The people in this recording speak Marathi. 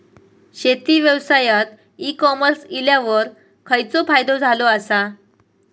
शेती व्यवसायात ई कॉमर्स इल्यावर खयचो फायदो झालो आसा?